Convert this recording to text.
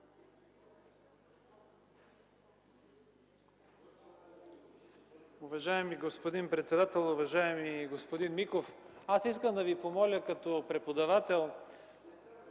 Уважаеми господин председател! Уважаеми господин Миков, искам да Ви помоля като преподавател...